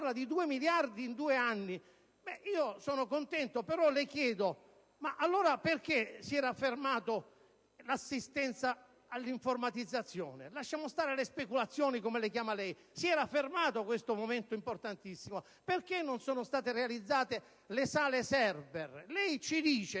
di due miliardi in due anni, io sono contento, però le chiedo: perché si era fermata l'assistenza all'informatizzazione? Lasciamo stare le speculazioni, come le chiama lei. Si era fermato questo momento importantissimo. Perché non sono state realizzate le sale *server*? Lei ci dice